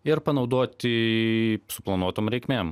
ir panaudoti suplanuotom reikmėm